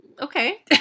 okay